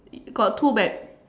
got two bags